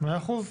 מאה אחוז.